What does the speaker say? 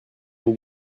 bien